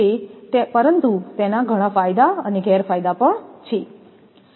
પરંતુ તેના ઘણા ફાયદા અને ગેરફાયદા પણ છે